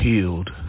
Healed